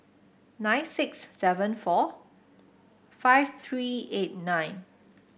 nine six seven four five three eight nine